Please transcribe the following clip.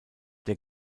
der